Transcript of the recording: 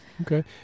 Okay